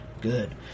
Good